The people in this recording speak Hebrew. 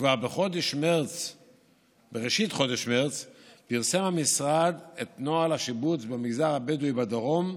כבר בראשית חודש מרץ פרסם המשרד את נוהל השיבוץ במגזר הבדואי בדרום,